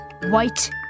White